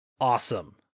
Awesome